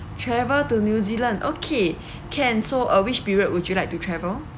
travel to new zealand okay can so uh which period would you like to travel